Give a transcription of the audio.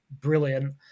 brilliant